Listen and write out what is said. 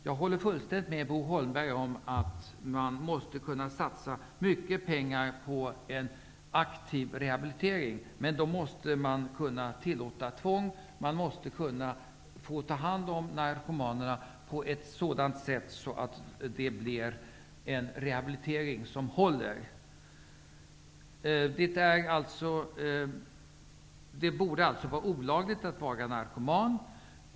Jag håller fullständigt med Bo Holmberg om att man måste kunna satsa mycket pengar på en aktiv rehabilitering, men då måste man kunna tillåta tvång. Man måste få ta hand om narkoma nerna på ett sådant sätt att det blir en rehabilite ring som håller. Det borde alltså vara olagligt att vara narko man.